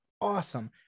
awesome